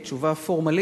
היא תשובה פורמליסטית,